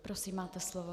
Prosím, máte slovo.